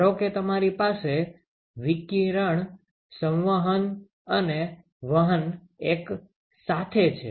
ધારો કે તમારી પાસે વિકિરણ સંવહન અને વહન એક સાથે છે